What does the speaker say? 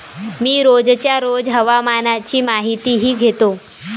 मी रोजच्या रोज हवामानाची माहितीही घेतो